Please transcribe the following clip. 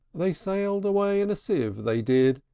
they sailed away in a sieve, they did,